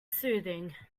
soothing